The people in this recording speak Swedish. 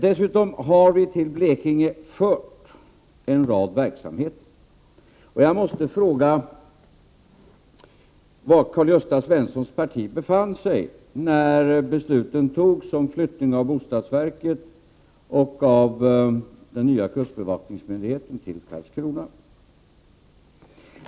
Dessutom har vi flyttat ut en rad verksamheter till Blekinge. Jag måste fråga Karl-Gösta Svenson var moderaterna befann sig när beslutet om flyttningen av bostadsverket och den nya kustbevakningsmyndigheten till Karlskrona fattades.